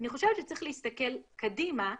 אני חושבת שצריך להסתכל קדימה ולשאול: